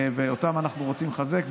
ואותן אנחנו רוצים לחזק.